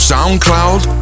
SoundCloud